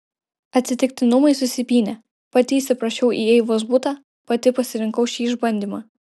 atsitiktinumai susipynė pati įsiprašiau į eivos butą pati pasirinkau šį išbandymą